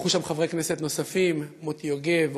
נכחו שם חברי כנסת נוספים: מוטי יוגב,